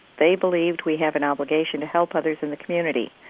they believed we have an obligation to help others in the community,